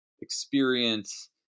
experience